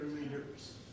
leaders